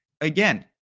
Again